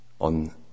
on